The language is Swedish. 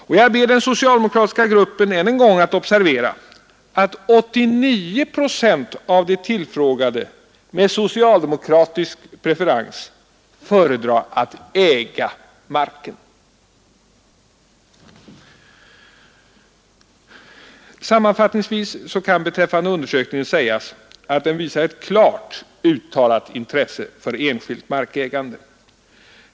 Och jag ber den socialdemokratiska gruppen och den socialdemokratiska regeringen att observera att 89 procent av de tillfrågade med socialdemokratisk preferens föredrar att äga marken. Sammanfattningsvis kan beträffande undersökningen sägas att den visar ett klart uttalat intresse för enskilt markägande.